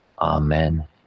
Amen